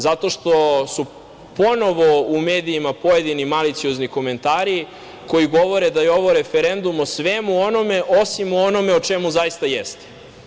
Zato što su ponovo u medijima pojedinim maliciozni komentari koji govore da je ovo referendum o svemu onome, osim o onome o čemu zaista jeste.